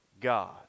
God